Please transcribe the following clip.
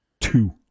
Two